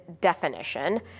definition